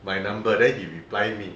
my number then he reply me